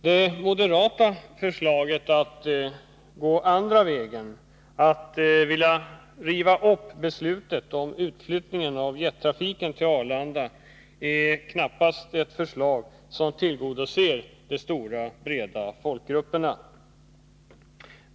Det moderata förslaget att gå andra vägen, att riva upp beslutet om utflyttningen av jettrafiken till Arlanda, är knappast ett förslag som tillgodoser de stora, breda folkgrupperna.